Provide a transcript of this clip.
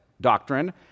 doctrine